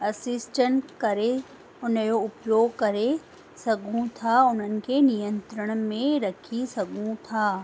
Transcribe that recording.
assistant करे उनजो उपयोगु करे सभिनी खां उन्हनि खे नियंत्रण में रखी सघूं था